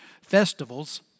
festivals